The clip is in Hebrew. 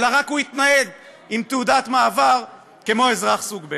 אלא הוא יתנייד עם תעודת מעבר כמו אזרח סוג ב'.